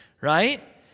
Right